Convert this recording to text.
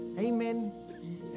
Amen